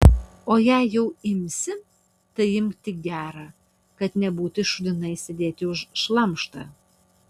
o jei jau imsi tai imk tik gerą kad nebūtų šūdinai sėdėti už šlamštą